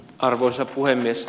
arvoisa puhemies